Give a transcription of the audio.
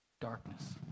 darkness